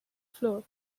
floor